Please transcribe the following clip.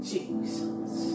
Jesus